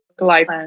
life